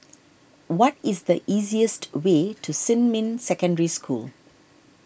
what is the easiest way to Xinmin Secondary School